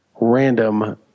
random